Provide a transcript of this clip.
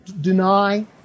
deny